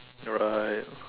right